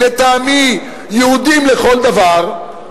לטעמי יהודים לכל דבר,